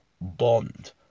Bond